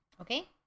okay